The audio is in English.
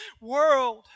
world